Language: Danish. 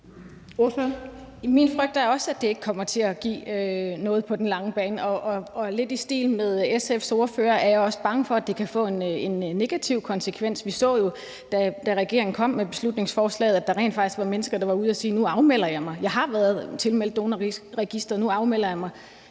Min frygt er også, at det ikke kommer til at give noget på den lange bane, og lidt i stil med SF's ordfører er jeg også bange for, at det kan få en negativ konsekvens. Vi så jo, da regeringen kom med beslutningsforslaget, at der rent faktisk var mennesker, der var ude at sige: Nu afmelder jeg mig – jeg har været tilmeldt Donorregistret, og nu afmelder jeg mig